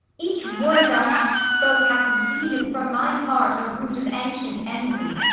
each word thou hast spoke hath weeded from my heart a root of ancient envy.